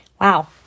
Wow